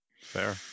Fair